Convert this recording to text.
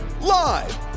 Live